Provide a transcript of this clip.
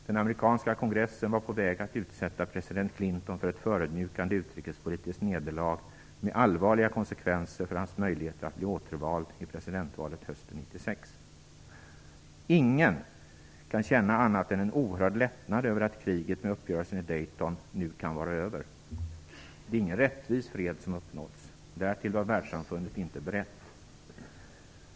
Den amerikanska kongressen var på väg att utsätta president Clinton för ett förödmjukande utrikespolitiskt nederlag med allvarliga konsekvenser för hans möjligheter att bli återvald i presidentvalet hösten 1996. Ingen kan känna annat än en oerhörd lättnad över att kriget med uppgörelsen i Dayton nu kan vara över. Det är ingen rättvis fred som uppnåtts. Därtill var världssamfundet inte berett.